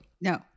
No